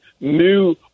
new